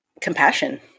compassion